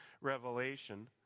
Revelation